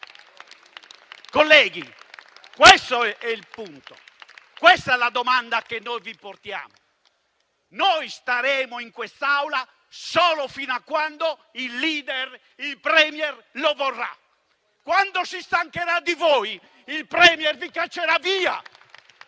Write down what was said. Colleghi, questo è il punto e questa è la domanda che noi vi poniamo. Noi staremo in quest'Aula solo fino a quando il *leader*, il *Premier* lo vorrà. Quando si stancherà di voi, il *Premier* vi caccerà via.